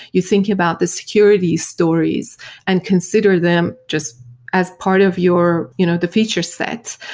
you think about the security stories and consider them just as part of your you know the feature set.